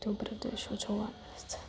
તો પ્રદેશો જોવા મળશે